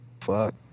Fuck